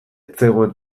zegoen